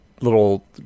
little